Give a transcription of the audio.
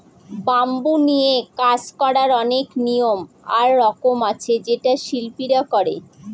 bamboo নিয়ে কাজ করার অনেক নিয়ম আর রকম আছে যেটা শিল্পীরা করে